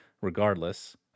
regardless